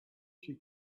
she